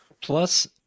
Plus